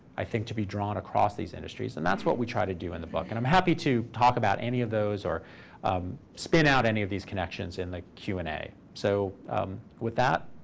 i think, to be drawn across these industries. and that's what we try to do in the book. and i'm happy to talk about any of those or spin out any of these connections in the q and a. so with that,